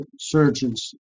surgeons